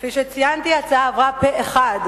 כפי שציינתי, ההצעה עברה פה-אחד.